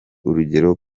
urugero